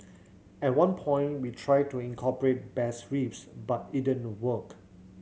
at one point we tried to incorporate bass riffs but it didn't work